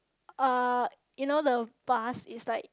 uh you know the bus is like